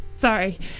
sorry